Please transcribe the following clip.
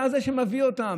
אתה זה שמביא אותן.